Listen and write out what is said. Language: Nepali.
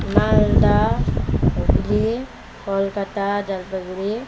मालदा हुगली कलकत्ता जलपाइगुडी